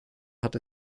hat